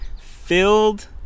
filled